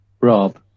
Rob